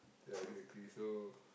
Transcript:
ya exactly so